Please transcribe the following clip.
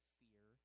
fear